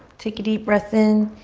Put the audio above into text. take a deep breath in